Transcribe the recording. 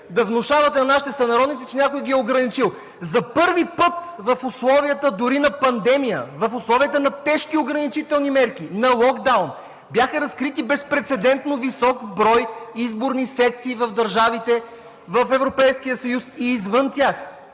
да внушавате на нашите сънародници, че някой ги е ограничил. За първи път в условията дори на пандемия, в условията на тежки ограничителни мерки, на локдаун бяха разкрити безпрецедентно висок брой изборни секции в държавите в Европейския съюз и извън тях.